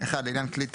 (1) לעניין כלי טיס,